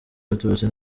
abatutsi